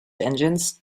engines